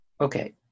Okay